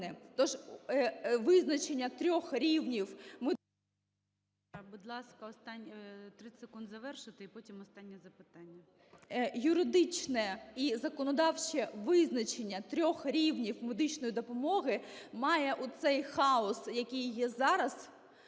визначення трьох рівнів медичної допомоги має оцей хаос, який є зараз,